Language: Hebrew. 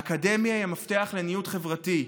האקדמיה היא המפתח לניוד חברתי.